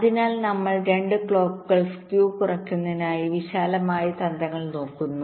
അതിനാൽ ആദ്യം നമ്മൾ ക്ലോക്കുകൾ സ്ക്യൂ കുറയ്ക്കുന്നതിനുള്ള വിശാലമായ തന്ത്രങ്ങൾ നോക്കുന്നു